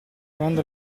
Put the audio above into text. quando